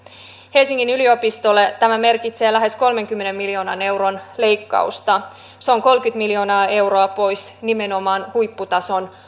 helsingin yliopistolle tämä merkitsee lähes kolmenkymmenen miljoonan euron leikkausta se on kolmekymmentä miljoonaa euroa pois nimenomaan huipputason